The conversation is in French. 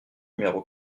numéro